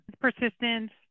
Persistence